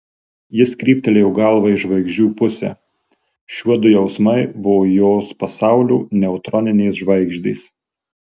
jis kryptelėjo galvą į žvaigždžių pusę šiuodu jausmai buvo jos pasaulio neutroninės žvaigždės